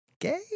gay